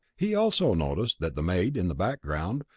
he also noticed that the maid, in the background,